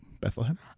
Bethlehem